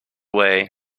way